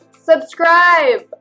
subscribe